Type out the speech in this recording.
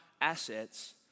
assets